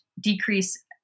decrease